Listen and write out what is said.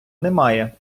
немає